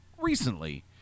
recently